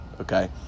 okay